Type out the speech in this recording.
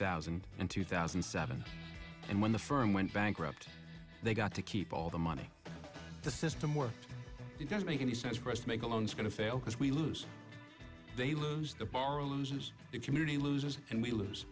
thousand and two thousand and seven and when the firm went bankrupt they got to keep all the money the system works it doesn't make any sense for us to make the loans going to fail because we lose they lose the bar loses their community loses and we lose